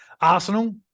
Arsenal